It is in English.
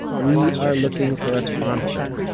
we are looking for a sponsor.